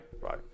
Right